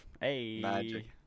hey